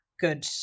good